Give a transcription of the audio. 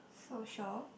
social